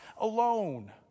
alone